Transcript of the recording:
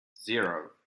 zero